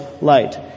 light